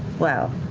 well,